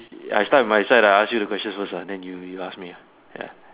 ya I start with side lah I ask you the questions first lah then you you ask me ah ya